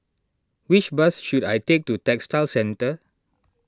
which bus should I take to Textile Centre